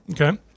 Okay